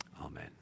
amen